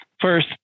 First